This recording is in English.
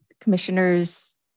commissioners